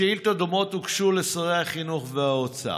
שאילתות דומות הוגשו לשרי החינוך והאוצר.